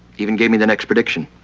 even gave me the next prediction.